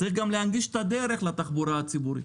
צריך להנגיש גם את הדרך לתחבורה הציבורית.